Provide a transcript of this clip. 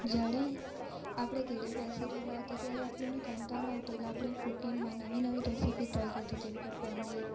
જ્યારે આપણે ઘરે બેસી રહેલા હતા ત્યારે આપણને કંટાળો આવતો એટલે આપણે કૂકિંગમાં નવી નવી રેસીપી ટ્રાઇ કરી હતી જેમ કે પનીર